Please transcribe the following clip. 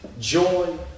Joy